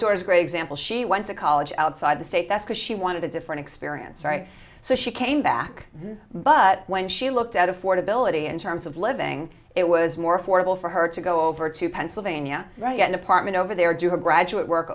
daughter's great example she went to college outside the state that's because she wanted a different experience sorry so she came back but when she looked at affordability in terms of living it was more affordable for her to go over to pennsylvania right get an apartment over there do her graduate work